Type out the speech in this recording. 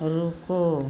रुको